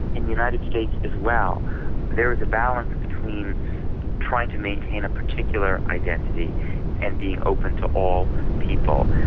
in the united states as well there is a balance between trying to maintain a particular identity and being open to all people.